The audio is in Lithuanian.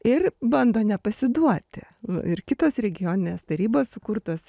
ir bando nepasiduoti ir kitos regioninės tarybos sukurtos